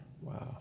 Wow